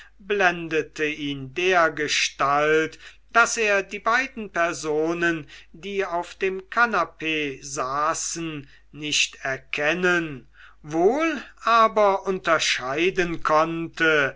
blendete ihn dergestalt daß er die beiden personen die auf dem kanapee saßen nicht erkennen wohl aber unterscheiden konnte